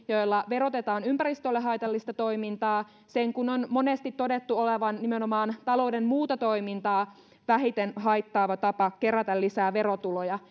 joilla verotetaan ympäristölle haitallista toimintaa sen kun on monesti todettu olevan nimenomaan talouden muuta toimintaa vähiten haittaava tapa kerätä lisää verotuloja